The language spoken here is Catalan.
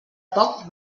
poc